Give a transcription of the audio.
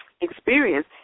experience